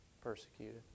persecuted